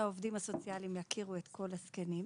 העובדים הסוציאליים יוכלו להכיר את כל הזקנים.